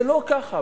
זה לא ככה.